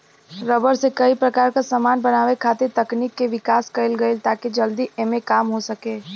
rubber से कई प्रकार क समान बनावे खातिर तकनीक के विकास कईल गइल ताकि जल्दी एमे काम हो सके